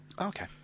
Okay